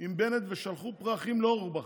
עם בנט ושלחו פרחים לאורבך.